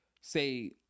say